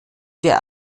der